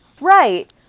right